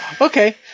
Okay